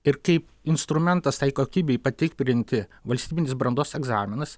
ir kaip instrumentas tai kokybei patikrinti valstybinis brandos egzaminas